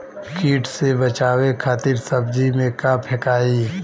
कीट से बचावे खातिन सब्जी में का फेकाई?